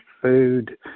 food